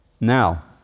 Now